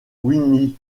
winnipeg